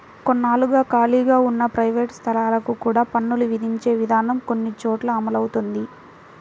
కొన్నాళ్లుగా ఖాళీగా ఉన్న ప్రైవేట్ స్థలాలకు కూడా పన్నులు విధించే విధానం కొన్ని చోట్ల అమలవుతోంది